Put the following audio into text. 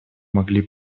могли